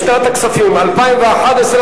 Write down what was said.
לשנת הכספים 2011,